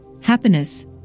happiness